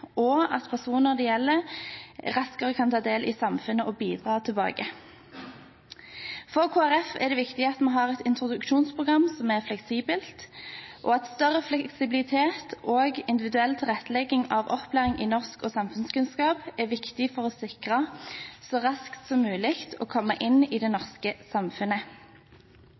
og til at personer det gjelder raskere kan ta del i samfunnet og bidra tilbake. For Kristelig Folkeparti er det viktig at vi har et introduksjonsprogram som er fleksibelt, og at større fleksibilitet og individuell tilrettelegging av opplæring i norsk og samfunnskunnskap er viktig for å sikre at man så raskt som mulig kommer inn i det